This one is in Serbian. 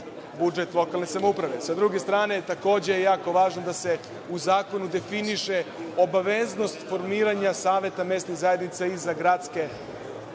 budžet lokalne samouprave. Sa druge strane, takođe, jako je važno da se u zakonu definiše obaveznost formiranja saveta mesnih zajednica i za gradske